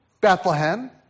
Bethlehem